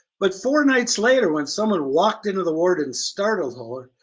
but four nights later, when someone walked into the ward and startled her,